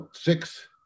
six